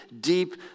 deep